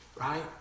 Right